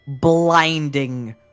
blinding